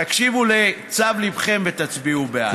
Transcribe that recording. תקשיבו לצו ליבכם ותצביעו בעד.